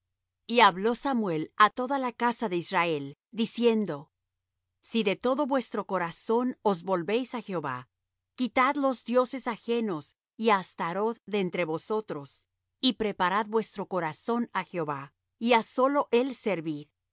y habló samuel á toda la casa de israel diciendo si de todo vuestro corazón os volvéis á jehová quitad los dioses ajenos y á astaroth de entre vosotros y preparad vuestro corazón á jehová y á sólo él servid y